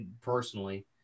personally